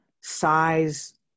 size